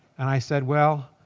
and i said, well,